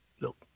look